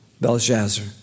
Belshazzar